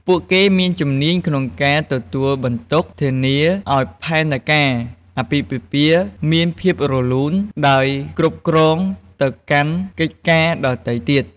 ពួកគេមានជំនាញក្នុងការទទួលបន្ទុក ធានាឲ្យផែនការអាពាហ៍ពិពាហ៍មានភាពរលូន ដោយគ្រប់គ្រងទៅកាន់កិច្ចការដទៃទៀត។